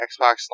Xbox